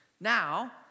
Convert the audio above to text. Now